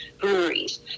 breweries